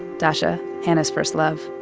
dasa, hana's first love